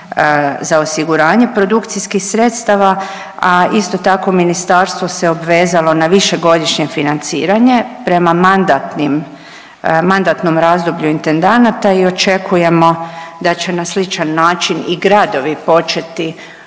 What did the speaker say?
za osiguranje produkcijskih sredstava, a isto tako, Ministarstvo se obvezalo na višegodišnje financiranje prema mandatni, mandatnom razdoblju intendanata i očekujemo da će na sličan način i gradovi početi